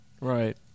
Right